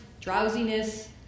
drowsiness